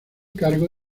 cargo